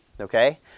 okay